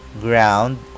ground